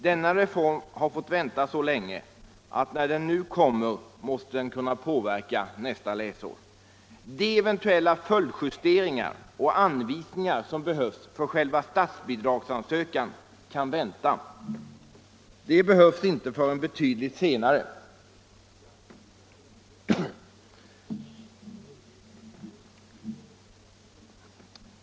Denna reform har dröjt så länge att den när den nu kommer måste kunna påverka undervisningen nästa läsår. De eventuella följdjusteringar och anvisningar som erfordras för själva statsbidragsansökan kan vänta. De behövs inte förrän betydligt senare.